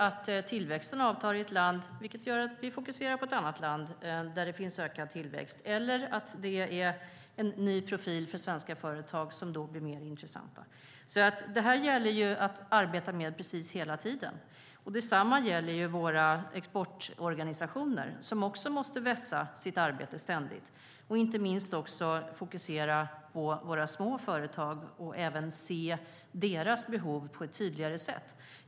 Om tillväxten avtar i ett land kan vi fokusera på ett annat land som har ökad tillväxt. Det kan finnas en ny profil för svenska företag som då gör dem mer intressanta. Det gäller ju att arbeta med detta precis hela tiden. Detsamma gäller våra exportorganisationer, som ständigt måste vässa sitt arbete. Inte minst måste man fokusera på små företag och se deras behov på ett tydligare sätt.